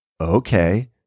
Okay